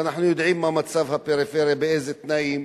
ואנחנו יודעים מה מצב הפריפריה, באיזה תנאים,